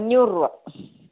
അഞ്ഞൂറ് രൂപ